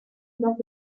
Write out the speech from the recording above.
got